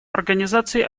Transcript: организации